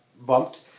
bumped